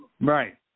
Right